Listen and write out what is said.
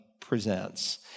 presents